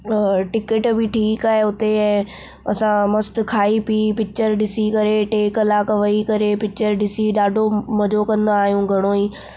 अ ticket बि ठीकु आहे उते असां मस्तु खाई पी पिच्चर ॾिसी करे टे कलाक वही करे पिच्चर ॾिसी ॾाढो मज़ो कंदा आहियूं घणोई